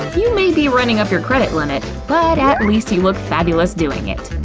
you may be running up your credit limit, but at least you look fabulous doing it!